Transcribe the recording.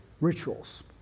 rituals